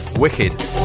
Wicked